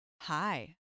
Hi